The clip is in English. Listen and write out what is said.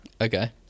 Okay